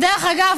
ודרך אגב,